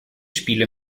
spiele